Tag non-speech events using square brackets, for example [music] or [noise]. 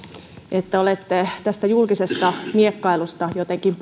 että olette tästä julkisesta miekkailusta jotenkin [unintelligible]